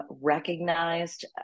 recognized